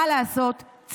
מה לעשות,